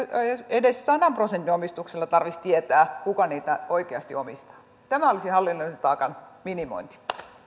edes sadan prosentin omistuksella tarvitsisi tietää kuka niitä oikeasti omistaa tämä olisi hallinnollisen taakan minimointi